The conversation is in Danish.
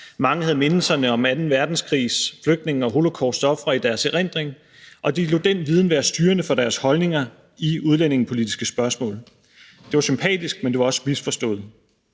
mange havde mindelserne om anden verdenskrigs flygtninge og holocausts ofre i deres erindring, og de lod den viden være styrende for deres holdninger i udlændingepolitiske spørgsmål. Det var sympatisk, men det var også misforstået.